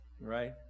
right